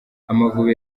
amavubi